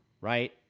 Right